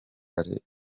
ahari